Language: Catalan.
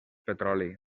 petroli